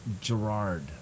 Gerard